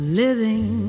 living